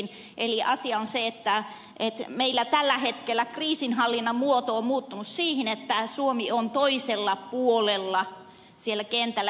eli asia on se että meillä tällä hetkellä kriisinhallinnan muoto on muuttunut siten että suomi on toisella puolella siellä kentällä